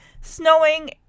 snowing